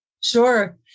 Sure